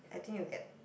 I think you get